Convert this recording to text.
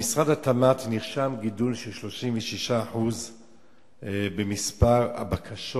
במשרד התמ"ת נרשם גידול של 36% במספר הבקשות